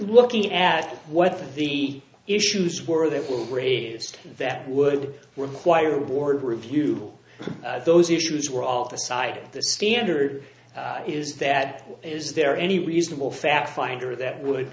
looking at what the issues were that will raised that would require the board review all those issues were all the side the standard is that is there any reasonable fact finder that would